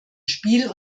spiel